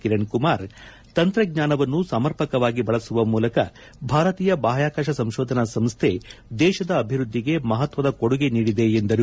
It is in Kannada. ಕಿರಣ್ ಕುಮಾರ್ ತಂತ್ರಜ್ಞಾನವನ್ನು ಸಮರ್ಪಕವಾಗಿ ಬಳಸುವ ಮೂಲಕ ಭಾರತೀಯ ಬಾಹ್ಯಾಕಾಶ ಸಂತೋಧನಾ ಸಂಸ್ಥೆ ದೇಶದ ಅಭಿವೃದ್ಧಿಗೆ ಮಹತ್ವದ ಕೊಡುಗೆ ನೀಡಿದೆ ಎಂದರು